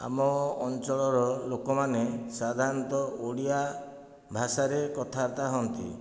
ଆମ ଅଞ୍ଚଳର ଲୋକମାନେ ସାଧାରଣତଃ ଓଡ଼ିଆ ଭାଷାରେ କଥାବାର୍ତ୍ତା ହୁଅନ୍ତି